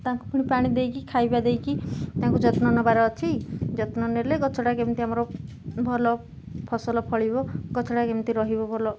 ତାଙ୍କୁ ପୁଣି ପାଣି ଦେଇକି ଖାଇବା ଦେଇକି ତାଙ୍କୁ ଯତ୍ନ ନବାର ଅଛି ଯତ୍ନ ନେଲେ ଗଛଟା କେମିତି ଆମର ଭଲ ଫସଲ ଫଳିବ ଗଛଟା କେମିତି ରହିବ ଭଲ